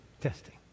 Testing